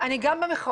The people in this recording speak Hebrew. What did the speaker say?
אני גם במחאות,